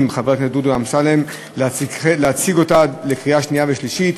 חבר הכנסת דודו אמסלם להציג לקריאה שנייה ושלישית,